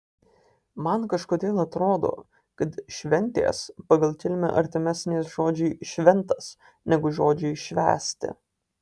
man kažkodėl atrodo kad šventės pagal kilmę artimesnės žodžiui šventas negu žodžiui švęsti